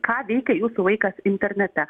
ką veikia jūsų vaikas internete